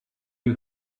you